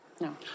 No